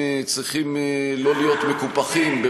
הם צריכים לא להיות מקופחים,